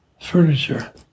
Furniture